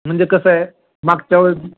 म्हणजे कसं आहे मागच्या वेळेस